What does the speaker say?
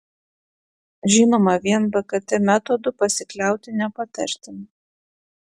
žinoma vien bkt metodu pasikliauti nepatartina